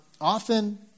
Often